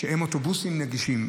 שהם אוטובוסים נגישים.